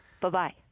Bye-bye